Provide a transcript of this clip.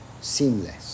seamless